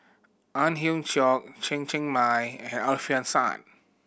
Ang Hiong Chiok Chen Cheng Mei and Alfian Sa'at